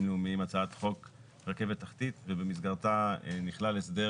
לאומיים הצעת חוק רכבת תחתית ובמסגרתה נכלל הסדר